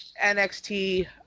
NXT